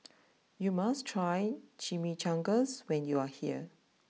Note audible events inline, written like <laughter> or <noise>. <noise> you must try Chimichangas when you are here